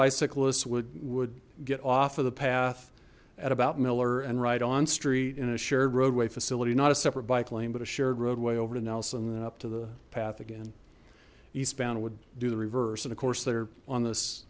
bicyclists would would get off of the path at about miller and right on street in a shared roadway facility not a separate bike lane but a shared roadway over to nelson and then up to the path again eastbound would do the reverse and of course they're on this